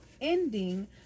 ending